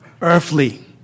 earthly